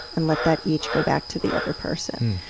and let that each go back to the other person.